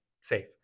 Safe